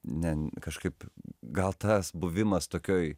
ne kažkaip gal tas buvimas tokioj